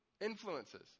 influences